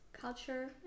culture